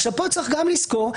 פה צריך לזכור,